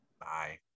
bye